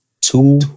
Two